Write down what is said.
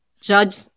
judge